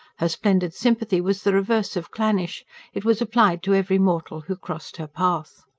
her splendid sympathy was the reverse of clannish it was applied to every mortal who crossed her path.